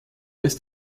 ist